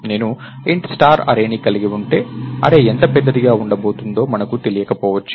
నేను Int star అర్రేని కలిగి ఉంటే అర్రే ఎంత పెద్దదిగా ఉండబోతుందో మనకు తెలియకపోవచ్చు